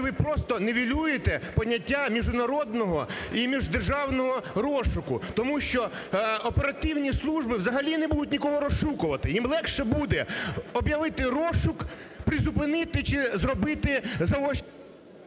ви просто нівелюєте поняття міжнародного і міждержавного розшуку. Тому що оперативні служби взагалі не будуть нікого розшукувати, їм легше буде об'явити розшук, призупинити чи зробити… ГОЛОВУЮЧИЙ.